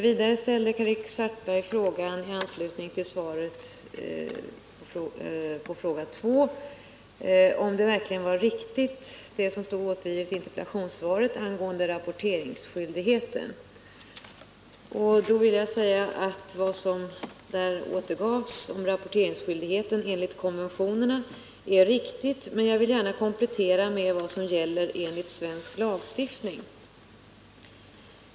Vidare ställde Karl-Erik Svartberg en fråga i anslutning till svaret på fråga 2, om det som stod angivet i interpellationssvaret angående rapporteringsskyldigheten var riktigt. Då vill jag säga att vad som där återgavs om rapporteringsskyldigheten enligt konventionerna är riktigt, men jag vill gärna komplettera med vad som gäller enligt svensk lagstiftning.